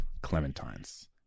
clementines